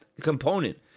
component